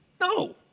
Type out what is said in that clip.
No